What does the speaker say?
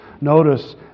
Notice